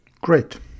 Great